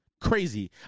Crazy